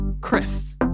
Chris